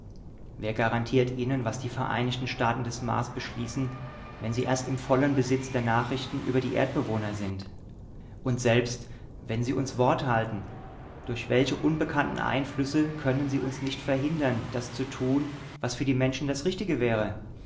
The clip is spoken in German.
wer garantiert ihnen was die vereinigten staaten des mars beschließen wenn sie erst im vollen besitz der nachrichten über die erdbewohner sind und selbst wenn sie uns wort halten durch welche unbekannten einflüsse können sie uns nicht verhindern das zu tun was für die menschen das richtige wäre